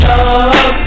up